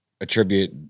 attribute